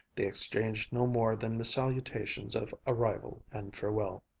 they exchanged no more than the salutations of arrival and farewell.